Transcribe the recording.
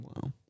Wow